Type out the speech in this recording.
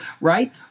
Right